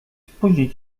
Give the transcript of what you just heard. spóźni